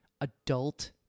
adult